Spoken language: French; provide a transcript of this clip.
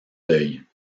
deuil